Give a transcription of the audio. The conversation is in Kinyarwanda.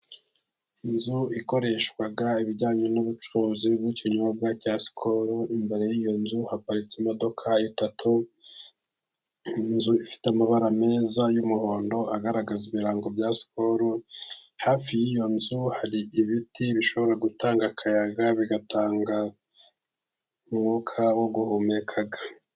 Inzu ikoreshwa ibijyanye n'ubucuruzi bw'ikinyobwa cya SKOL. Imbere y'iyo nzu haparitse imodoka itatu, inzu ifite amabara meza y'umuhondo agaragaza ibirango bya SKOL. Hafi y'iyo nzu hari ibiti bishobora gutanga akayaga, bigatanga umwuka wo guhumeka.